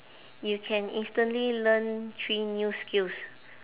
you can instantly learn three new skills